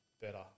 better